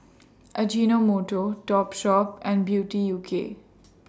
Ajinomoto Topshop and Beauty U K